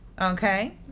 Okay